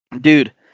Dude